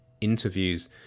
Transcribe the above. interviews